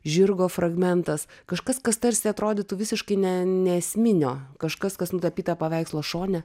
žirgo fragmentas kažkas kas tarsi atrodytų visiškai ne neesminio kažkas kas nutapyta paveikslo šone